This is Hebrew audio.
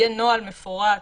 יהיה נוהל מפורט,